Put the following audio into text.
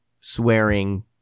swearing